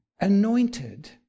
anointed